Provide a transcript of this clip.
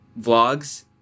vlogs